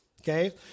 okay